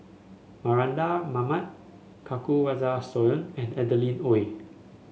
Mardan Mamat Kanwaljit Soin and Adeline Ooi